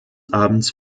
abends